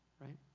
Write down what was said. right